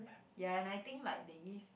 ya and I think like they give